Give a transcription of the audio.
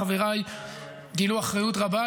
חבריי גילו אחריות רבה.